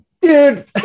dude